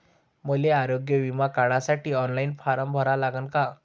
मले आरोग्य बिमा काढासाठी ऑनलाईन फारम भरा लागन का?